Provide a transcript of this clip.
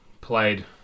played